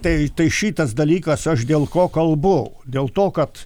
tai tai šitas dalykas aš dėl ko kalbu dėl to kad